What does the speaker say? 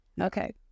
Okay